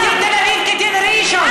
ודין תל אביב כדין ראשון,